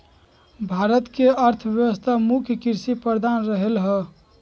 भारत के अर्थव्यवस्था मुख्य कृषि प्रधान रहलै ह